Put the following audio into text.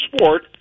sport